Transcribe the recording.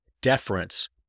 deference